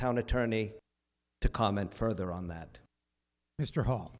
town attorney to comment further on that mr hall